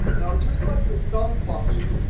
now, just like the sum function,